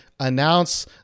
announce